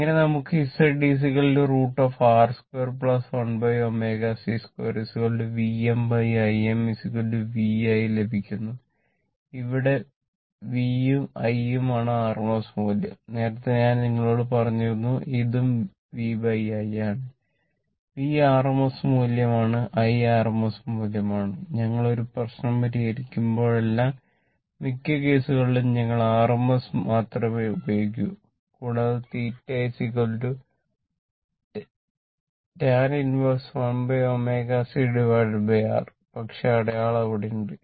അങ്ങനെ നമുക്ക് Z √ പക്ഷേ അടയാളം അവിടെയുണ്ട്